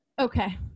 Okay